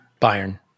Bayern